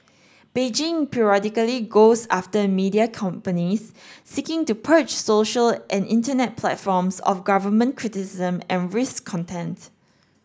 Beijing periodically goes after media companies seeking to purge social and internet platforms of government criticism and content